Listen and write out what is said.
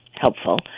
helpful